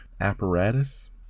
apparatus